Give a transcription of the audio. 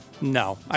No